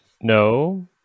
no